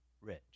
rich